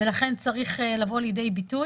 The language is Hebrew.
ולכן הוא צריך לבוא לידי ביטוי.